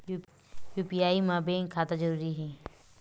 UPI मा bank खाता जरूरी हे?